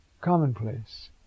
commonplace